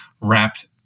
wrapped